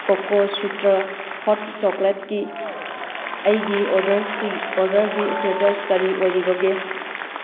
ꯀꯣꯀꯣꯁꯨꯇ꯭ꯔ hot ꯆꯣꯀ꯭ꯂꯦꯠꯀꯤ ꯑꯩꯒꯤ ꯑꯣꯔꯗꯔꯁꯤ ꯑꯣꯔꯗꯔꯒꯤ ꯏꯁꯇꯦꯇꯁ ꯀꯔꯤ ꯑꯣꯏꯔꯤꯕꯒꯦ